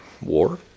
War